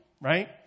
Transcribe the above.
Right